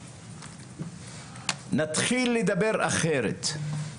נתחיל לדבר אחרת,